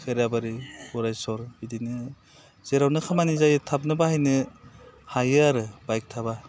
खैराबारि गरेस्वर बिदिनो जेरावनो खामानि जायो थाबनो बाहायनो हायो आरो बाइक थाबा